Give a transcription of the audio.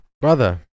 Brother